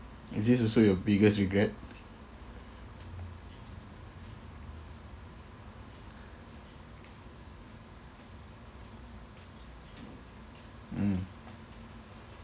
is this also your biggest regret mm